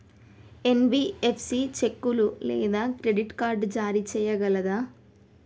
NBFC చెక్కులు లేదా credit card జారీ చేయగలదా?